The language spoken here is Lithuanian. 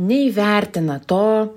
neįvertina to